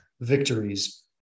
victories